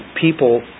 People